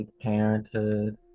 Parenthood